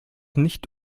nicht